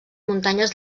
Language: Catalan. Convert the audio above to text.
muntanyes